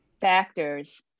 factors